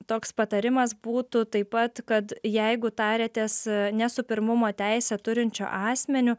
toks patarimas būtų taip pat kad jeigu tariatės ne su pirmumo teisę turinčiu asmeniu